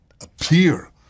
appear